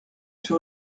sur